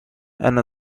and